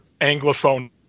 anglophone